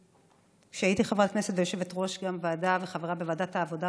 כשהייתי חברת כנסת ויושבת-ראש ועדה ובוועדת העבודה,